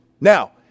Now